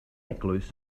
eglwys